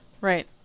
Right